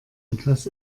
etwas